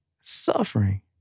suffering